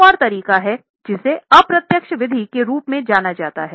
एक और तरीका है जिसे अप्रत्यक्ष विधि के रूप में जाना जाता है